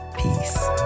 peace